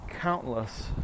countless